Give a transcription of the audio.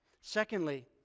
Secondly